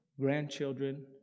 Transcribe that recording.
Grandchildren